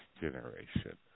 generation